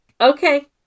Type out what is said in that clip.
okay